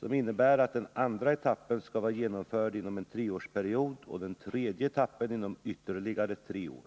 som innebär att den andra etappen skall vara genomförd inom en treårsperiod och den tredje etappen inom ytterligare tre år.